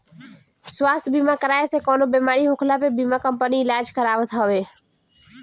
स्वास्थ्य बीमा कराए से कवनो बेमारी होखला पे बीमा कंपनी इलाज करावत हवे